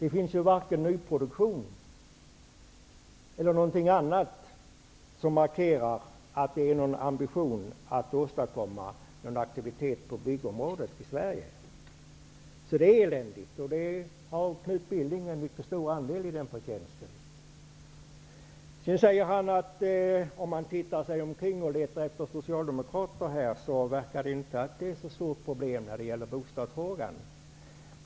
Det förekommer varken nyproduktion eller något annat som markerar att det finns en ambition att åstadkomma någon aktivitet på byggområdet i Sverige. Det är alltså eländigt, och Knut Billing har en mycket stor andel i den förtjänsten. Sedan sade Knut Billing att bostadsfrågan inte verkar vara ett så stort problem, om man ser sig omkring och letar efter socialdemokrater.